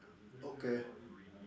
okay